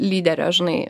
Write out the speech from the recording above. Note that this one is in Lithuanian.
lyderio žinai